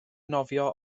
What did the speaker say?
nofio